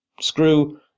screw